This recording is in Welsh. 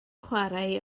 chwarae